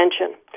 attention